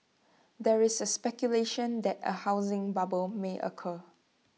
there is speculation that A housing bubble may occur